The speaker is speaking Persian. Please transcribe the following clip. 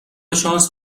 شانس